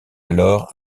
alors